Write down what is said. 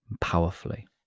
powerfully